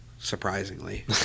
Surprisingly